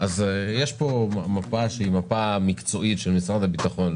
יש פה מפה מקצועית של משרד הביטחון,